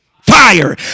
Fire